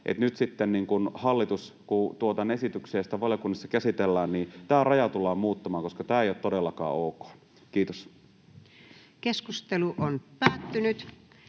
nyt sitten, kun hallitus tuo tämän esityksen ja sitä valiokunnassa käsitellään, tämä raja tullaan muuttamaan, koska tämä ei todellakaan ole ok. — Kiitos. Lähetekeskustelua varten